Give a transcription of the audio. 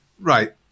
right